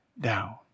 down